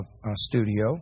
studio